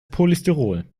polystyrol